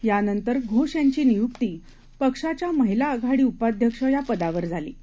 यानंतर घोष यांची नियुक्ती पक्षाच्या महिला आघाडी उपाध्यक्ष या पदावर केली आहे